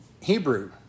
Hebrew